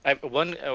one